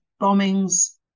bombings